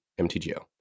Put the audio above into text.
MTGO